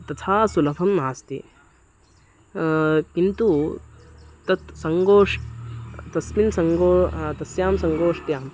तथा सुलभं नास्ति किन्तु तत् सङ्गोष् तस्मिन् सङ्गो तस्यां सङ्गोष्ट्यां